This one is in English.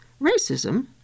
Racism